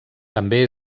també